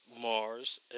Mars